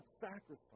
sacrifice